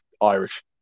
Irish